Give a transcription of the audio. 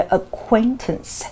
acquaintance